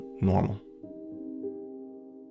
normal